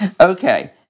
Okay